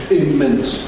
immense